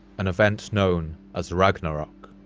an event known as ragnarok.